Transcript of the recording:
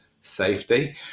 safety